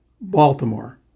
Baltimore